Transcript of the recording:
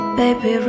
baby